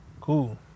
cool